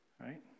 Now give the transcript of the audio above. right